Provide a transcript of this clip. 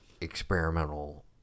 experimental